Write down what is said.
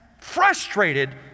frustrated